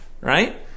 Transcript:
right